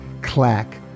Clack